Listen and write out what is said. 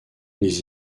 les